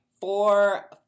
four